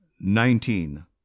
Nineteen